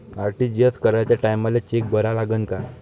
RTGS कराच्या टायमाले cheque भरा लागन का?